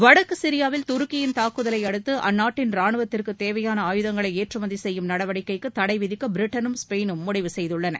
வடக்கு சிரியாவில் துருக்கியின் தாக்குதலை அடுத்து அந்நாட்டின் ரானுவத்திற்கு தேவையான ஏற்றுமதி செய்யும் நடவடிக்கைக்கு தடை விதிக்க பிரிட்டனும் ஸ்பெயினும் முடிவு ஆயுதங்களை செய்துள்ளன